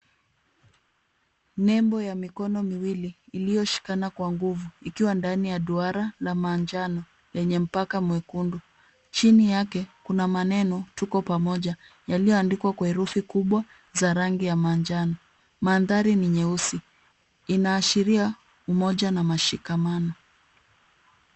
Nembo ya mikono miwili iliyoshikana kwa nguvu ikiwa ndani ya duara la manjano lenye mpaka mwekundu. Chini yake kuna maneno Tuko Pamoja, yaliyoandikwa kwa herufi kubwa za rangi ya manjano. Mandhari ni nyeusi. Inaashiria umoja na mashikamano.